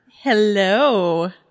Hello